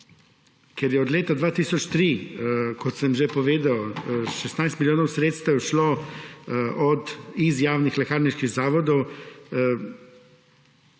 ker je od leta 2003, kot sem že povedal, 16 milijonov sredstev šlo iz javnih lekarniških zavodov,